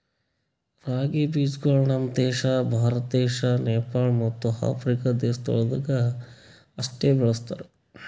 ರಾಗಿ ಬೀಜಗೊಳ್ ನಮ್ ದೇಶ ಭಾರತ, ನೇಪಾಳ ಮತ್ತ ಆಫ್ರಿಕಾ ದೇಶಗೊಳ್ದಾಗ್ ಅಷ್ಟೆ ಬೆಳುಸ್ತಾರ್